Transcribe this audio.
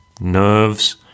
nerves